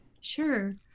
Sure